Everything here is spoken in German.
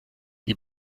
die